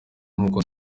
nk’uko